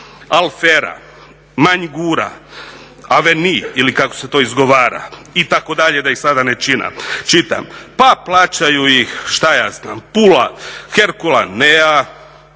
Althera, Manjgura, Avenue ili kako se to izgovara itd. da ih sada ne čitam. Pa plaćaju ih, šta ja znam Pula HERCULANEA.